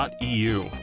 .eu